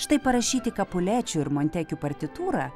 štai parašyti kapulečių ir montekių partitūrą